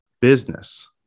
business